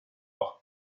auch